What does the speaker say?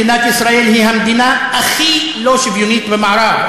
מדינת ישראל היא המדינה הכי לא שוויונית במערב,